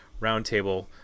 roundtable